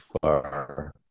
far